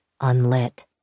unlit